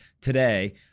today